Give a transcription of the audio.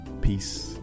peace